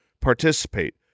participate